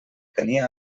tenia